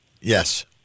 Yes